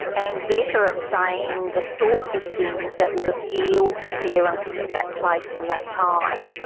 and better at saying the sorts of things that would appeal to parents at that place and that time.